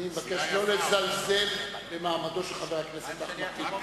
אני מבקש לא לזלזל במעמדו של חבר הכנסת אחמד טיבי.